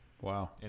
Wow